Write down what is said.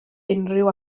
unrhyw